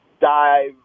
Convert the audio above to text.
dive